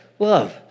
love